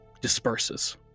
disperses